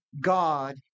God